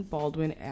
Baldwin